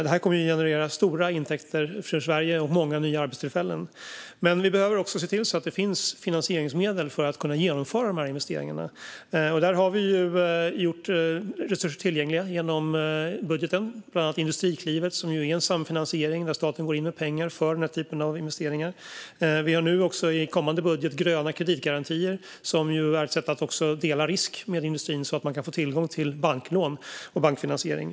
Det här kommer att generera stora intäkter för Sverige och många nya arbetstillfällen. Men vi behöver också se till att det finns finansieringsmedel för att man ska kunna genomföra de här investeringarna. Vi har gjort resurser tillgängliga genom budgeten - bland annat i Industriklivet, som är en samfinansiering där staten går in med pengar till den här typen av investeringar. Vi har i den kommande budgeten också gröna kreditgarantier, som är ett sätt att dela risk med industrin så att man kan få tillgång till banklån och bankfinansiering.